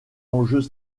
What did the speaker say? enjeux